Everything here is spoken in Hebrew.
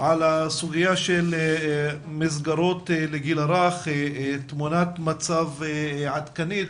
על הסוגיה של המסגרות לגיל הרך, תמונת מצב עדכנית,